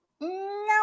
no